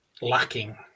lacking